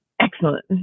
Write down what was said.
Excellent